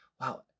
wow